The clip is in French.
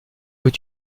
veux